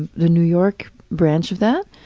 the new york branch of that.